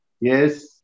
yes